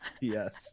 Yes